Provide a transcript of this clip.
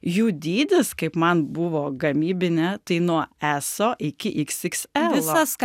jų dydis kaip man buvo gamybinė tai nuo eso iki iks iks elo